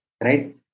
right